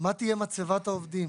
מה תהיה מצבת העובדים,